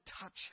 touch